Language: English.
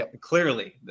Clearly